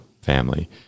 family